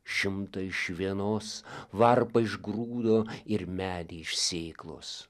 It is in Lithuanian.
šimtą iš vienos varpą iš grūdo ir medį iš sėklos